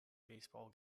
basketball